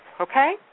Okay